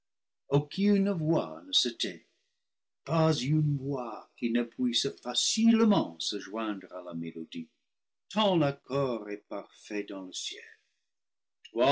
aucune voix ne se tait pas une voix qui ne puisse facilement se joindre à la mélodie tant l'accord est parfait dans le ciel